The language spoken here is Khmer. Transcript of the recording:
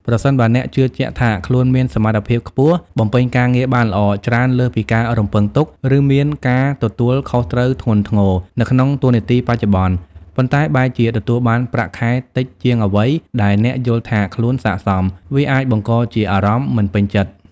ប្រសិនបើអ្នកជឿជាក់ថាខ្លួនមាន សមត្ថភាពខ្ពស់ បំពេញការងារបានល្អ ច្រើនលើសពីការរំពឹងទុក ឬមាន ការទទួលខុសត្រូវធ្ងន់ធ្ងរ នៅក្នុងតួនាទីបច្ចុប្បន្ន ប៉ុន្តែបែរជាទទួលបានប្រាក់ខែតិចជាងអ្វីដែលអ្នកយល់ថាខ្លួនស័ក្តិសម វាអាចបង្កជាអារម្មណ៍ មិនពេញចិត្ត។